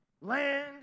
land